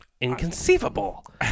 inconceivable